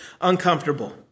uncomfortable